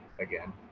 again